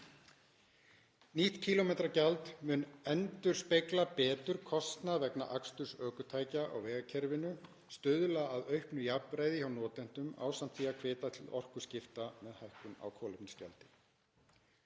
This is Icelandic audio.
Nýtt kílómetragjald mun því endurspegla betur kostnað vegna aksturs ökutækja á vegakerfinu, stuðla að auknu jafnræði hjá notendum ásamt því að hvetja til orkuskipta með hækkun á kolefnisgjaldi.